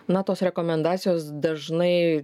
na tos rekomendacijos dažnai